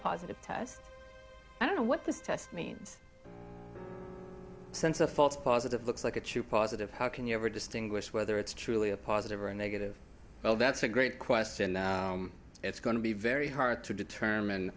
positive test i don't know what this test means since a false positive looks like a true positive how can you ever distinguish whether it's truly a positive or a negative well that's a great question it's going to be very hard to determine